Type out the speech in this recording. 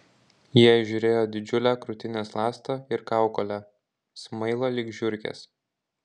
jie įžiūrėjo didžiulę krūtinės ląstą ir kaukolę smailą lyg žiurkės